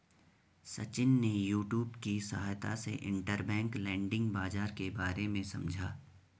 सचिन ने यूट्यूब की सहायता से इंटरबैंक लैंडिंग बाजार के बारे में समझा